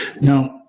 Now